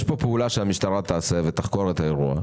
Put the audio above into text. יש פה פעולה שהמשטרה תעשה ותחקור את האירוע.